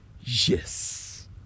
Yes